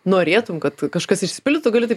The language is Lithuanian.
norėtum kad kažkas išsipildytų gali